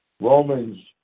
Romans